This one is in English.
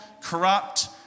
corrupt